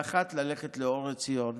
ואחת, ללכת לאור עציון,